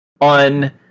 on